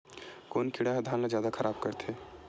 कोन कीड़ा ह धान ल जादा खराब करथे?